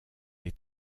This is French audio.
les